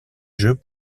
jeux